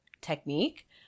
technique